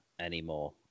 anymore